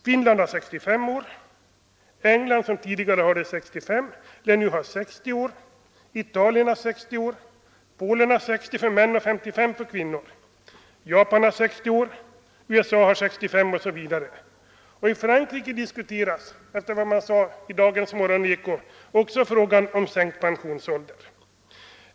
Finland har 65 år, England — som tidigare hade 65 — lär nu ha 60 år, Italien har 60 år, Polen har 60 år för män och 55 för kvinnor, Japan har 60 år, USA har 65 osv. I Frankrike diskuteras — efter vad som sades i dagens Morgoneko — också frågan om sänkt pensionsålder.